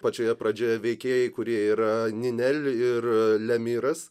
pačioje pradžioje veikėjai kurie yra ninel ir lemiras